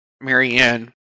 Marianne